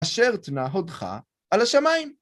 אשר תנה הודך על השמיים.